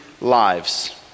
lives